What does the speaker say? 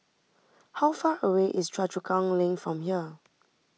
how far away is Choa Chu Kang Link from here